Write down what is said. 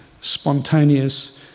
spontaneous